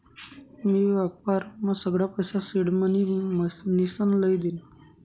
मी व्यापारमा सगळा पैसा सिडमनी म्हनीसन लई दीना